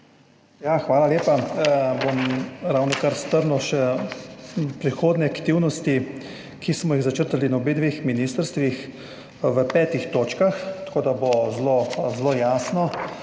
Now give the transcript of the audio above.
Hvala lepa. Bom strnil še prihodnje aktivnosti, ki smo jih začrtali na obeh ministrstvih v petih točkah, tako da bo zelo jasno.